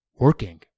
working